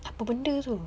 apa benda tu